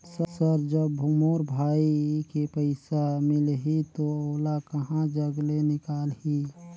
Sir जब मोर भाई के पइसा मिलही तो ओला कहा जग ले निकालिही?